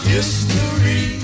History